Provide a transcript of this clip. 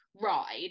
ride